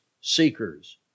seekers